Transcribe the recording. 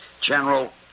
General